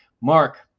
Mark